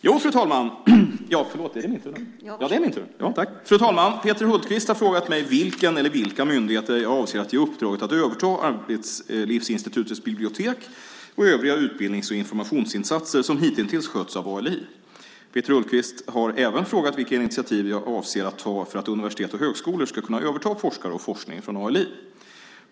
Fru talman! Peter Hultqvist har frågat mig vilken eller vilka myndigheter jag avser att ge uppdraget att överta Arbetslivsinstitutets bibliotek och övriga utbildnings och informationsinsatser som hitintills skötts av ALI. Peter Hultqvist har även frågat vilka initiativ jag avser att ta för att universitet och högskolor ska kunna överta forskare och forskning från ALI.